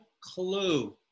clue